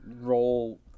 roll